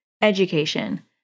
education